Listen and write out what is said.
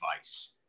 advice